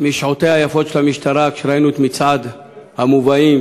משעותיה היפות של המשטרה, כשראינו את מצעד המובאים